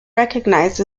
recognized